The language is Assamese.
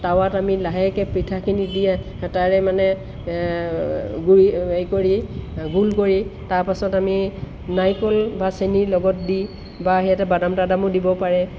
তাৱাত আমি লাহেকৈ পিঠাখিনি দি হেতাৰে মানে গুড়ি এই কৰি গোল কৰি তাৰপাছত আমি নাৰিকল বা চেনিৰ লগত দি বা ইয়াতে বাদাম তাদামো দিব পাৰে